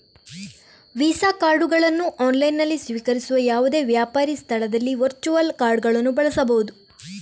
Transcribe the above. visa ಕಾರ್ಡುಗಳನ್ನು ಆನ್ಲೈನಿನಲ್ಲಿ ಸ್ವೀಕರಿಸುವ ಯಾವುದೇ ವ್ಯಾಪಾರಿ ಸ್ಥಳದಲ್ಲಿ ವರ್ಚುವಲ್ ಕಾರ್ಡುಗಳನ್ನು ಬಳಸಬಹುದು